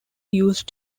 used